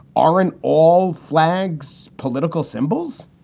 aren't all flags political symbols?